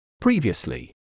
Previously